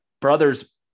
brother's